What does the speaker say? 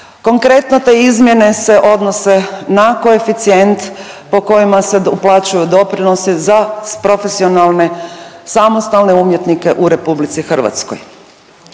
Konkretno te izmjene se odnose na koeficijent po kojima se uplaćuju doprinosi za profesionalne samostalne umjetnike u Republici Hrvatskoj.